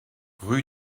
rue